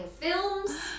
films